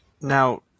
Now